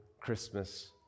Christmas